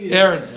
Aaron